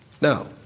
Now